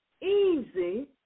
easy